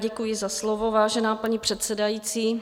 Děkuji za slovo, vážená paní předsedající.